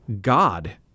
God